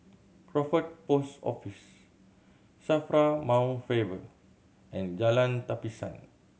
Crawford Post Office SAFRA Mount Faber and Jalan Tapisan